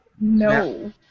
No